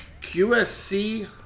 QSC